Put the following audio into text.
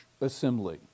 assembly